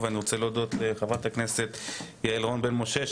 אני רוצה להודות לחברת הכנסת יעל רון בן משה.